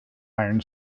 iron